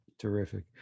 Terrific